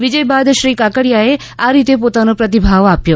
વિજય બાદ શ્રી કાકડીયાએ આ રીતે પોતાનો પ્રતિભાવ આપ્યો